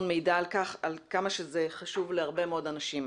מעידה על כמה זה חשוב להרבה מאוד אנשים.